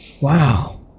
Wow